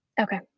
Okay